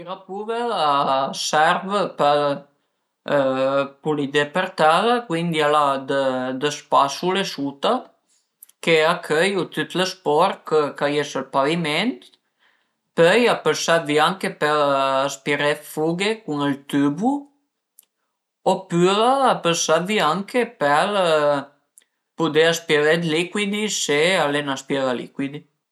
L'aspirapuver a serv për pulidé për tera e cuindi al a dë spasule suta che a cöiu tut lë sporch ch'a ie sël paviment, pöi a pöl anche servi per aspiré d'fughe cun ël tübu opüra a pöl servi anche per pudé aspiré dë licuidi se al e 'n'aspiralicuidi